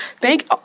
thank